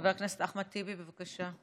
חבר הכנסת אחמד טיבי, בבקשה.